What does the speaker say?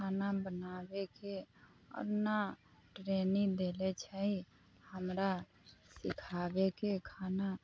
खाना बनाबैके आओर न ट्रेनिंग देलै छै हमरा सिखाबैके खाना